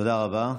תודה רבה.